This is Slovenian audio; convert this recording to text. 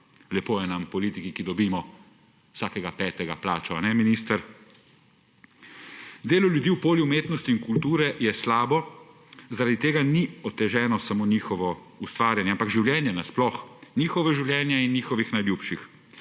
Lepo je nam v politiki, ki dobimo vsakega petega plačo, kajne, minister? Delo ljudi na polju umetnosti in kulture je slabo, zaradi tega ni oteženo samo njihovo ustvarjanje, ampak življenje nasploh, njihovo življenje in življenje njihovih najljubših.